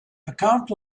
account